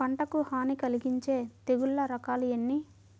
పంటకు హాని కలిగించే తెగుళ్ల రకాలు ఎన్ని?